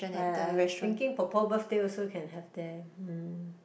but I was thinking 婆婆 birthday also can have there mm